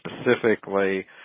specifically